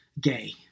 gay